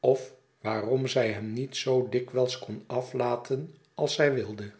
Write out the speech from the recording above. of waarom zij hem niet zoo dikwijls kon aflaten als zij wilde